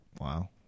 Wow